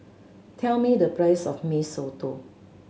tell me the price of Mee Soto